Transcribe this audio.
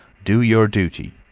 do your duty.